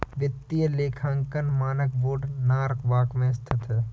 वित्तीय लेखांकन मानक बोर्ड नॉरवॉक में स्थित है